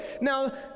Now